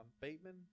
Bateman